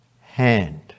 hand